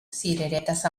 cireretes